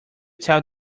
tell